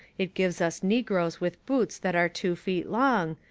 it gives us negroes with boots that are two feet long,